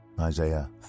Isaiah